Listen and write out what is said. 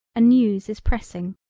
a news is pressing.